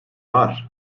var